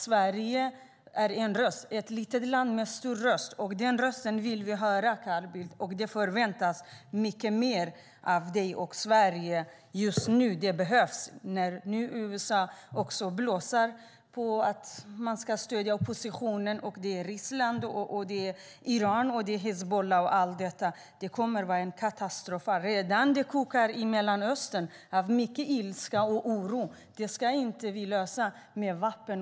Sverige är visserligen ett litet land, men vi har en stark röst. Den rösten vill vi höra, Carl Bildt. Det förväntas mycket mer av dig och Sverige just nu. Nu säger USA att de ska stödja oppositionen. Sedan har vi Ryssland, Iran, Hizbullah och alla de andra. Det kommer att bli katastrofalt. Mellanöstern kokar redan av ilska och oro. Den oron ska vi inte dämpa med vapen.